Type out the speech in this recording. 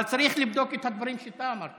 אבל צריך לבדוק את הדברים שאתה אמרת